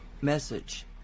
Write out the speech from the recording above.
message